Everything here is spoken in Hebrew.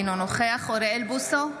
אינו נוכח אוריאל בוסו,